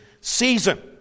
season